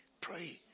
pray